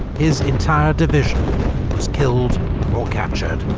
his entire division was killed or captured.